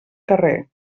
carrer